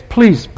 Please